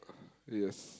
yes